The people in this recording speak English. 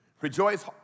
Rejoice